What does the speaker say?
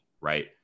right